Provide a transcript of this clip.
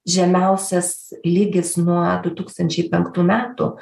žemiausias lygis nuo du tūkstančiai penktų metų